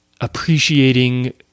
appreciating